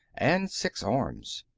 and six arms.